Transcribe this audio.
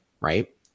right